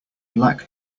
black